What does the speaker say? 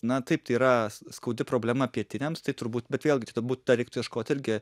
na taip tai yra s skaudi problema pietiniams tai turbūt bet vėlgi čia turbūt dar reiktų ieškot irgi